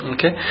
Okay